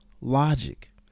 Logic